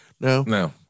No